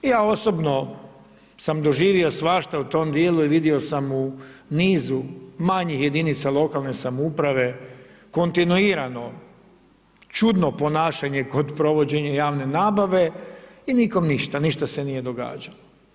Ja osobno sam doživio svašta u tom dijelu i vidio sam u nizu manjih jedinica lokalne samouprave kontinuirano čudno ponašanje kod provođenja javne nabave i nikom ništa, ništa se nije događalo.